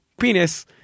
penis